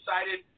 excited